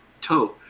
toe